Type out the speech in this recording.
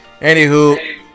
Anywho